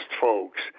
folks